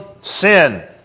sin